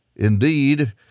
Indeed